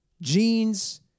jeans